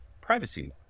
privacy